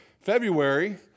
February